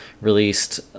released